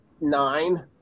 nine